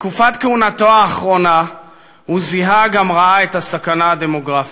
בתקופת כהונתו האחרונה הוא זיהה גם ראה את הסכנה הדמוגרפית.